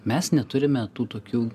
mes neturime tų tokių